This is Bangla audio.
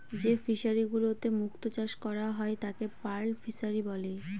যে ফিশারিগুলোতে মুক্ত চাষ করা হয় তাকে পার্ল ফিসারী বলে